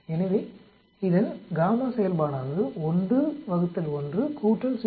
எனவே இதன் செயல்பாடானது 1 ÷1 0